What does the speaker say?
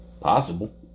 Possible